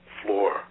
floor